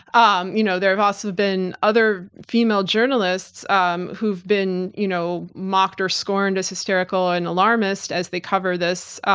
um you know there have also been other female journalists um who've been you know mocked or scorned as hysterical and alarmist as they cover this.